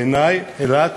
בעיני, אילת